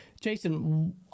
Jason